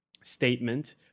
statement